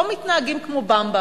לא מתנהגים כמו "במבה".